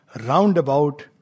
roundabout